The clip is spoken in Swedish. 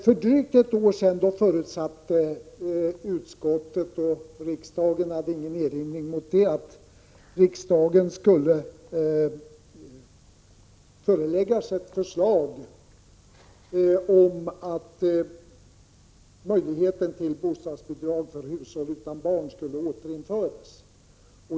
För drygt ett år sedan förutsatte utskottet — och riksdagen hade ingenting att erinra — att riksdagen skulle föreläggas ett förslag om att möjligheten för hushåll utan barn att få bostadsbidrag skulle återinföras.